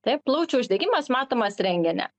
tai plaučių uždegimas matomas rengene